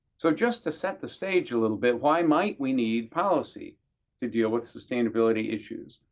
so just to set the stage a little bit, why might we need policy to deal with sustainability issues?